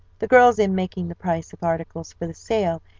the girls in making the price of articles for the sale,